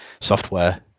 software